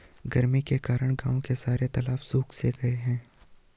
गर्मी के कारण गांव के सारे तालाब सुख से गए हैं